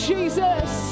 Jesus